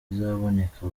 bizaboneka